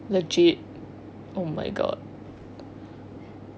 legit oh my god